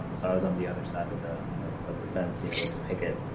um so i was on the other side of the ah of the fence you know with a picket.